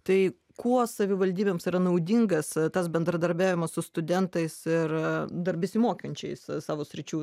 tai kuo savivaldybėms yra naudingas tas bendradarbiavimas su studentais ir dar besimokančiais savo sričių